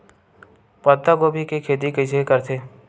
पत्तागोभी के खेती कइसे करथे?